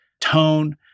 tone